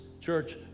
church